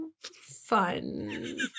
fun